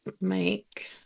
make